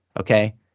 okay